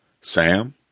Sam